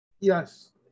Yes